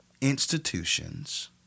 institutions